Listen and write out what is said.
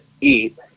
eat